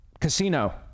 casino